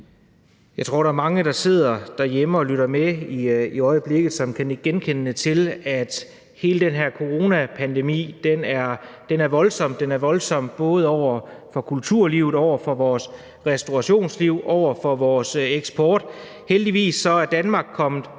Jeg tror, der er mange, der sidder derhjemme og lytter med i øjeblikket, som kan nikke genkendende til, at hele den her coronapandemi er voldsom. Den er voldsom både over for kulturlivet, over for vores restaurationsliv og over for vores eksport. Heldigvis er Danmark kommet